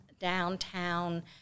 downtown